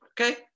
Okay